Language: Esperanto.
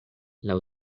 laŭ